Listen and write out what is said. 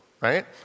right